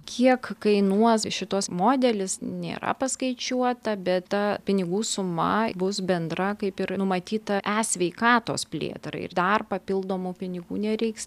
kiek kainuos šitas modelis nėra paskaičiuota bet ta pinigų suma bus bendra kaip ir numatyta e sveikatos plėtrai ir dar papildomų pinigų nereiks